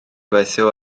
gweithio